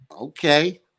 Okay